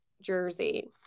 Jersey